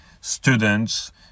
students